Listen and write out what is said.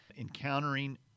encountering